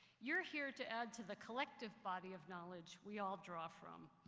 you are here to add to the collective body of knowledge we all draw from.